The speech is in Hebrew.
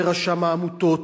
ורשם העמותות,